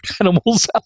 animals